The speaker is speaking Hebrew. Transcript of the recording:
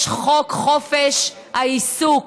יש חוק חופש העיסוק.